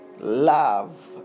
Love